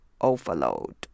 overload